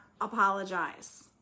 apologize